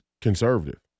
conservative